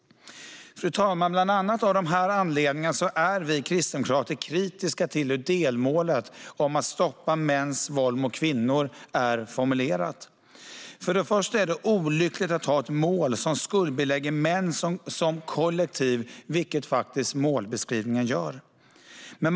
Fru talman! Bland annat av dessa anledningar är vi kristdemokrater kritiska till hur delmålet om att stoppa mäns våld mot kvinnor är formulerat. Det är olyckligt att ha ett mål som skuldbelägger män som kollektiv, vilket målbeskrivningen faktiskt gör.